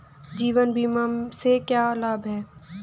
जीवन बीमा से क्या लाभ हैं?